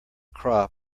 crop